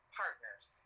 partners